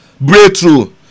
Breakthrough